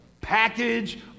package